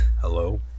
hello